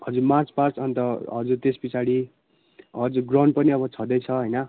हजुर march past अन्त हजुर त्यस पछाडि हजुर ग्राउन्ड पनि अब छँदैछ होइन